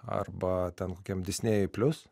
arba ten kokiam disnėjui plius